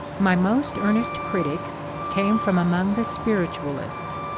my most earnest critics came from among the spiritualists,